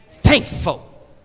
Thankful